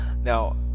Now